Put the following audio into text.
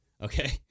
Okay